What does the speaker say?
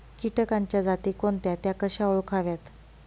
किटकांच्या जाती कोणत्या? त्या कशा ओळखाव्यात?